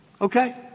Okay